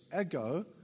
ego